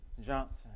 Johnson